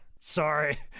sorry